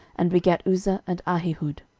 and begat uzza, and ahihud.